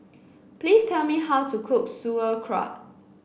please tell me how to cook Sauerkraut